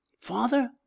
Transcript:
Father